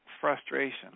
frustration